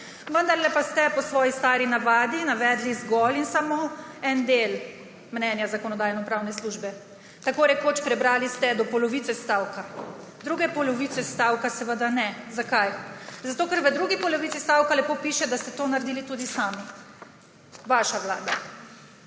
Vendarle pa ste po svoji stari navadi navedli zgolj in samo eden del mnenja Zakonodajno-pravne službe, tako rekoč prebrali ste do polovice stavka, druge polovice stavka seveda ne. Zakaj? Zato ker v drugi polovici stavka lepo piše, da ste to naredili tudi sami, vaša vlada.